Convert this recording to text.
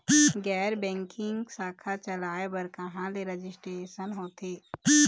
गैर बैंकिंग शाखा चलाए बर कहां ले रजिस्ट्रेशन होथे?